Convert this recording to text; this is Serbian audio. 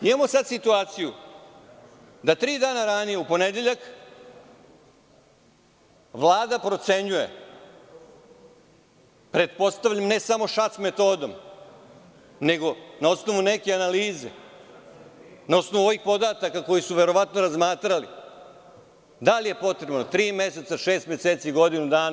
Imamo sada situaciju da tri dana ranije, u ponedeljak, Vlada procenjuje, pretpostavljam ne samo šac metodom, nego na osnovu neke analize, na osnovu ovih podataka koje su verovatno razmatrali da li je potrebno tri meseca, šest meseci iligodinu dana.